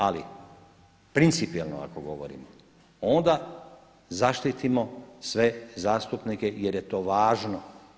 Ali principijelno ako govorimo, onda zaštitimo sve zastupnike jer je to važno.